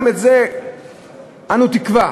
גם בעניין הזה אנו תקווה